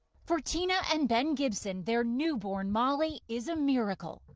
for tina and ben gibson, their newborn molly is a miracle.